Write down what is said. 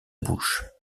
bouche